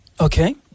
okay